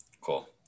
cool